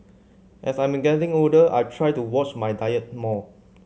as I am getting older I try to watch my diet more